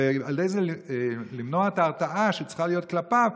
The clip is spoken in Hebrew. ועל ידי כך למנוע את ההרתעה שצריכה להיות כלפיו,